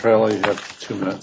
really two minutes